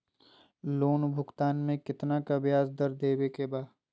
Loan भुगतान में कितना का ब्याज दर देवें के बा?